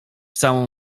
całą